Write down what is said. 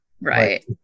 Right